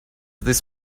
this